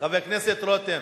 חבר הכנסת רותם,